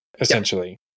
Essentially